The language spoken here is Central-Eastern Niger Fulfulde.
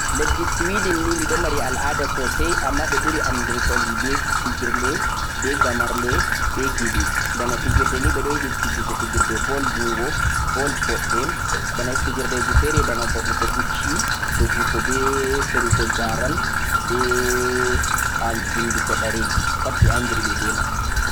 leddi Swindon ni di ɗo mari al'ada sosai amma ɓe ɓuri andirgo be fijirle be gamarle be gimi bana fijirde ni ɓe ɗo yiɗi fijugo fijirle ball jungo, ball koɗɗe bana fijirde ji fe're bana va'uugo pucci doggugo be ferugo ja'ral be vindugo ɗareji pat ɓe andiri ɓe be mai.